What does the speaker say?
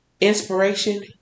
Inspiration